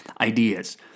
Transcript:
ideas